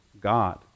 God